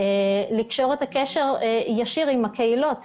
צריך גם לקשור קשר ישיר עם הקהילות,